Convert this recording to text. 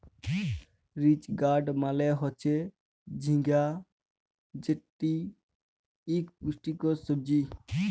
ridge gourd মালে হচ্যে ঝিঙ্গা যেটি ইক পুষ্টিকর সবজি